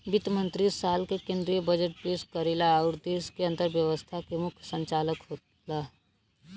वित्त मंत्री साल क केंद्रीय बजट पेश करेला आउर देश क अर्थव्यवस्था क मुख्य संचालक होला